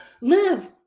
live